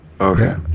Okay